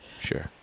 sure